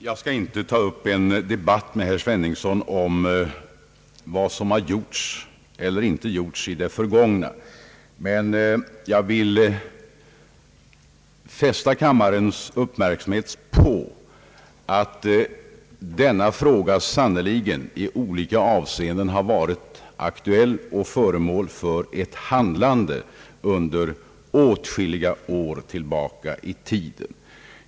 Herr talman! Jag skall inte ta upp en debatt med herr Sveningsson om vad som gjorts eller inte gjorts i det förgångna, men jag vill fästa kammarens uppmärksamhet på att denna fråga sannerligen har varit aktuell i olika avseenden och föremål för ett handlande sedan åtskilliga år.